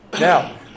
Now